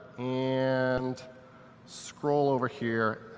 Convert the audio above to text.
and scroll over here,